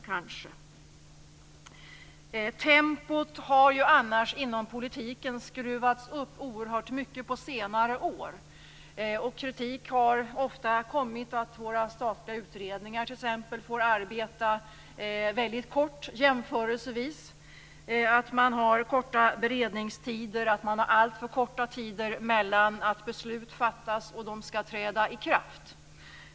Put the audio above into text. Tempot inom politiken har ju annars skruvats upp oerhört mycket på senare år. Kritik har ofta kommit mot att våra statliga utredningar får arbeta under jämförelsevis väldigt kort tid. Man har korta beredningstider, och det är alltför kort tid mellan att beslut fattas och det att de skall träda i kraft.